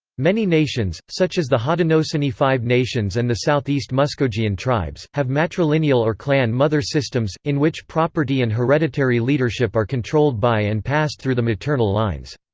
many nations, such as the haudenosaunee five nations and the southeast muskogean tribes, have matrilineal or clan mother systems, in which property and hereditary leadership are controlled by and passed through the maternal lines.